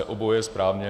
Oboje je správně.